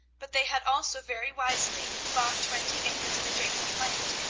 but they had also very wisely bought twenty acres of adjacent land,